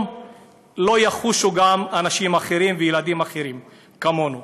לא יחושו גם אנשים אחרים וילדים אחרים כמונו?